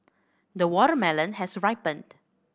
the watermelon has ripened